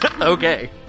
Okay